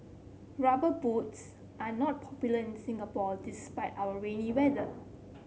rubber boots are not popular in Singapore despite our rainy weather